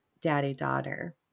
daddy-daughter